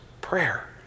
prayer